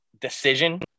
decision